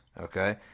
Okay